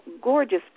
gorgeous